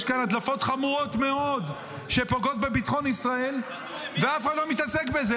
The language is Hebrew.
יש כאן הדלפות חמורות מאוד שפוגעות בביטחון ישראל ואף אחד לא מתעסק בזה.